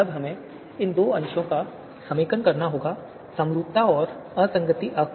तब हमें इन दो अंशों का समेकन करना होता है समरूपता और असंगति अंश